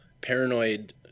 paranoid